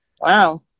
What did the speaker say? wow